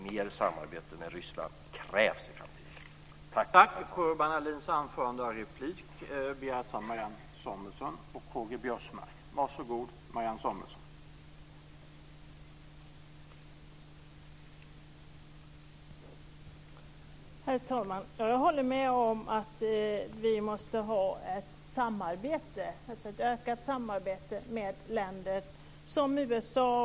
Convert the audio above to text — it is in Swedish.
Mer samarbete med Ryssland krävs i framtiden.